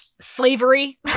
Slavery